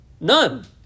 None